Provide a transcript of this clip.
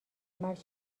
مرد